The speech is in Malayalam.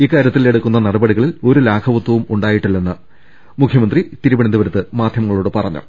ഇക്കാര്യത്തിൽ എടുക്കുന്ന നടപടികളിൽ ഒരു ലാഘവതവും ഉണ്ടാവില്ലെന്ന് മുഖ്യമന്ത്രി തിരുവനന്തപുരത്ത് മാധ്യമങ്ങളോട് പറഞ്ഞു